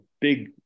big